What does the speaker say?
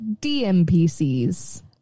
DMPCs